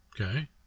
Okay